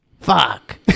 Fuck